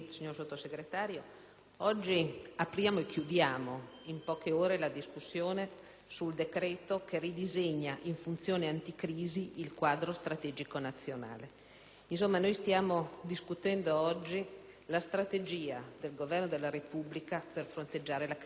oggi apriamo e chiudiamo in poche ore la discussione sul decreto-legge n. 185, che ridisegna in funzione anticrisi il quadro strategico nazionale; oggi insomma stiamo discutendo la strategia del Governo della Repubblica per fronteggiare la crisi del secolo.